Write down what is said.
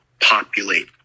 populate